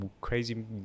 crazy